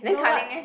so what